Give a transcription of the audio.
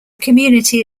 community